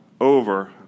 over